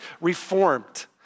reformed